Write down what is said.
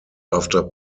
after